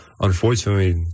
unfortunately